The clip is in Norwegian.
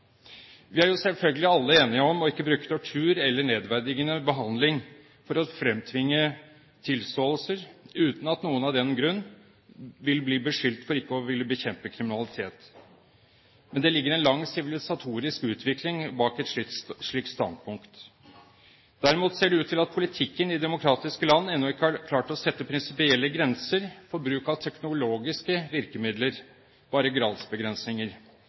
Vi er selvfølgelig alle enige om ikke å bruke tortur eller nedverdigende behandling for å fremtvinge tilståelser, uten at noen av den grunn vil bli beskyldt for ikke å ville bekjempe kriminalitet. Men det ligger en lang sivilisatorisk utvikling bak et slikt standpunkt. Derimot ser det ut til at politikken i demokratiske land ennå ikke har klart å sette prinsipielle grenser for bruk av teknologiske virkemidler, bare gradsbegrensninger.